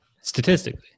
Statistically